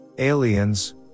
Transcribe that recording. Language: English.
Aliens